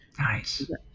Nice